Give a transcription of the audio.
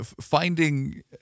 finding